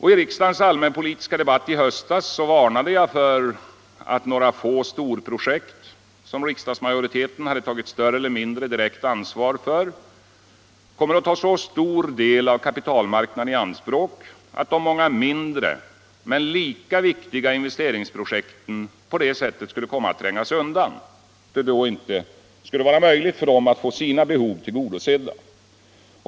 I riksdagens allmänpolitiska debatt i höstas varnade jag för att några få storprojekt, som riksdagen hade tagit ett större eller mindre direkt ansvar för, kommer att ta så stor del av kapitalmarknaden i anspråk att de många mindre men lika viktiga investeringsprojekten kommer att trängas undan och att det då inte blir möjligt för dem att få sina behov tillgodosedda.